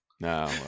No